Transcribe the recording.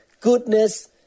goodness